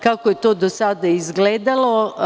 Kako je to do sada izgledalo.